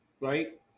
right